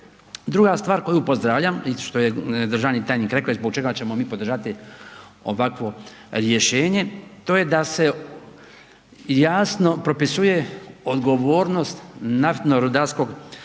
Druga stvar koju pozdravljam i što je državni tajnik rekao i zbog čega ćemo mi podržati ovakvo rješenje to je da se jasno propisuje odgovornost naftno-rudarskog